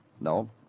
No